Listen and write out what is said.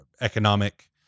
economic